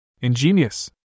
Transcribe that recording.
Ingenious